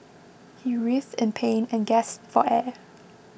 he writhed in pain and gasped for air